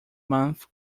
month